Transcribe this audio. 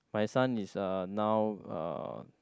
my son is uh now uh